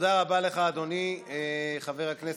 ההסתייגויות הענייניות שכבר הגיעו,